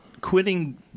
quitting